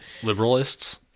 Liberalists